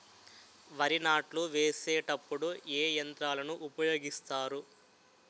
వరి నాట్లు వేసేటప్పుడు ఏ యంత్రాలను ఉపయోగిస్తారు?